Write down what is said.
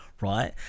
Right